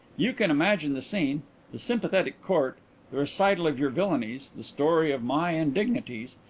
you can imagine the scene the sympathetic court the recital of your villainies the story of my indignities.